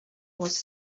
was